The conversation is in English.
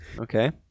Okay